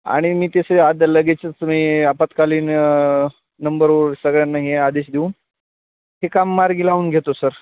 आणि मी तेसे आद लगेचचं मी आपत्कालीन नंबरवर सगळ्यांना हे आदेश देऊन हे काम मार्गी लावून घेतो सर